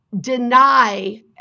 deny